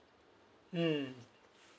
mm